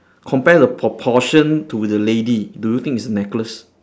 compare the proportion to the lady do you think it's a necklace